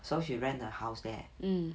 so she rent the house there